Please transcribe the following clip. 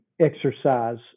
exercise